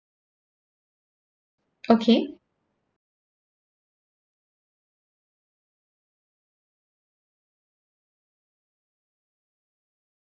okay